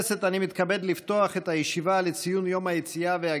הצעות לסדר-היום מס' 310, 316, 325, 335 ו-336.